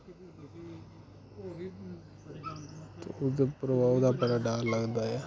ते ओह्दा बड़ा डर लगदा ऐ